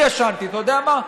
אני ישנתי, אתה יודע מה?